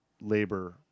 labor